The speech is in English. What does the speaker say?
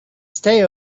stay